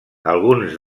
alguns